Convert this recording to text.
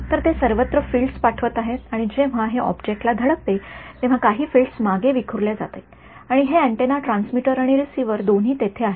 तर ते सर्वत्र फील्डस पाठवित आहेत आणि जेव्हा हे ऑब्जेक्टला धडकते तेव्हा काही फील्ड्स मागे विखुरल्या जातील आणि हे अँटेना ट्रान्समीटर आणि रिसीव्हर दोन्ही तेथे आहेत